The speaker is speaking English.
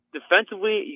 Defensively